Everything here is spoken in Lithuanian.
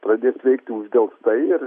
pradės veikti uždelstai ir